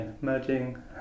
merging